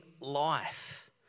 life